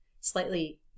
slightly